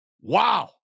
Wow